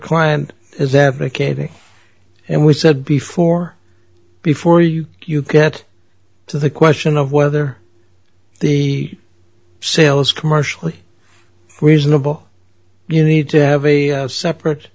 client is that vacating and we said before before you you get to the question of whether the sales commercially reasonable you need to have a separate